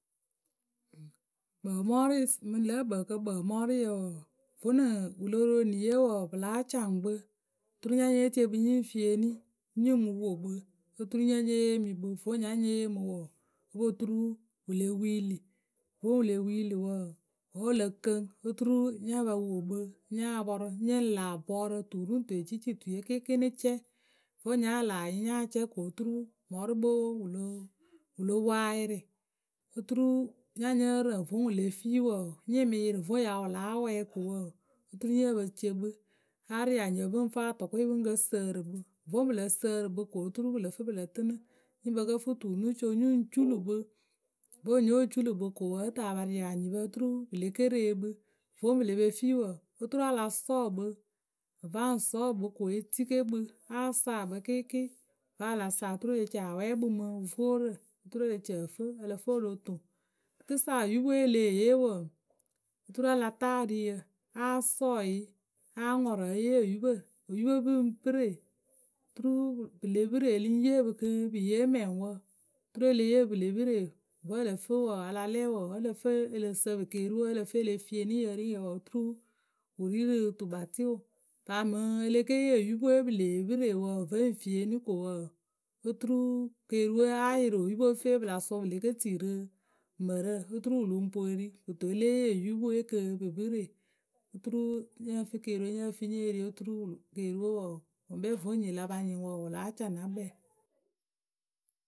Kpǝǝmɔrʊɩ mǝŋ lǝ̌ ǝkpǝǝkǝ kpǝǝmɔrʊɩ wǝǝ, vonɨ wǝ lo ro eniyɛ wǝǝ, pɨ láa caŋ kpǝ oturu nya nyée tie kpǝ nyǝ ŋ fieeni, nyǝ mǝ wo kpǝ oturu nya nyée mɨ kpǝ. Vo nya nyée yee mǝ wǝǝ, o po turu wǝ le wiili. vo wǝ le wiili wǝǝ wǝ́ wǝ lǝ kǝŋ oturu nyo po wo kpǝ nya pɔrʊ nyǝ ŋ laa bɔɔrǝ tu ri ŋ tu ecitituye kɩɩkɩɩ nɨ cɛ. Vo nya laa yǝ nya cɛ ko oturu mɔrʊkpǝwe wǝ lo poŋ ayɩrɩ. oturu nya nyǝ́ǝ rǝŋ vǝ́ wǝ le fii wǝǝ nyɩ mɨ yɩrɩ vǝ́ wǝ ya láa wɛɛ ko oturu nye pe ce kpǝ, a ria enyipǝ pǝ ŋ fǝ atʊkʊɩ pǝ ŋ kǝ sǝǝrǝ kpǝ. Vǝ́ pǝ lǝ sǝǝrɨ kpǝ ko oturu pǝ lǝ fǝ pǝ lǝ tɨnɨ nyǝ ŋ pǝ kǝ́ fǝ tu nɨ co nyǝ ŋ culu kpǝ. Vǝ́ nyo culu kpǝ koǝ tɨ a pa ria enyipǝ oturu pǝ le ke re kpǝ. Voŋ nyo culu kpǝ ko wǝǝ, ǝ tɨ a pa ria enyipǝ oturu pǝ le ke re kpǝ. Voŋ pǝ le pe fii wǝǝ, oturu a lǎ sɔɔ kpǝ. Ǝ va ŋ sɔɔ kpǝ ko e tike kpǝ, a saa kpɑ kɩɩkɩɩ. Vǝ́ a la saa kpǝ oturu e le ci a wɛ kpǝ mɨ voorǝ oturu e le ci ǝ fǝ ;;q lǝ fǝ o lo toŋ. Rǝkɨsa oyupwe e leh yee wǝǝ, oturu a la taa eriyǝ, a sɔɔ yǝ a ŋɔrɔ e yee oyupǝ oyupwe pǝ ŋ pɨre oturu pǝ le pɨre. Ǝ lǝŋ yee pǝ kɨ pɨ yee mɛŋwǝ oturu e le yee pǝ pǝ le pɨre wǝ́ ǝ lǝ fǝ wǝ a la lɛ wǝǝ wǝ́ ǝ lǝ fǝ ǝ lǝ sǝpɨ keeriwe wǝ́ ǝ lǝ fǝ e le fieeni yǝ ri ŋ yǝ wǝǝ oturu wǝ ri rǝ tukpatɩwʊ. Paa mǝŋ e le ke yee oyupǝ we wǝ́ pɨ lee pɨree wǝǝ, fe ŋ fieeni ko wǝǝ oturu keeriwe ayɩrɩ oyupwe fee pǝ la sʊ pǝ le ke tii rǝ mǝrǝ oturu wǝ lǝŋ poŋ e ri kɨto e lée yee oyupwe kɨ pɨ pɨre oturu nyǝ fǝ keeriwe nyǝ fǝ nye ri oturu keeriwe wǝǝ wǝ ŋkpɛ vǝ́ nyi la pa nyɩŋ wǝ láa ca na kpɛ.